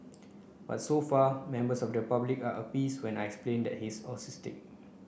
but so far members of the public are appeased when I explained he's autistic